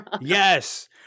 Yes